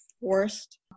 forced